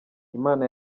imana